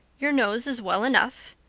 your nose is well enough,